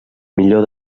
millor